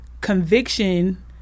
conviction